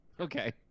Okay